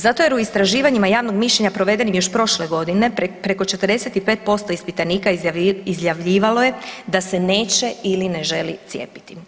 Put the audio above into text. Zato što u istraživanjima javnog mišljenja provedenim još prošle godine, preko 45% ispitanika izjavljivalo je da se neće ili ne želi cijepiti.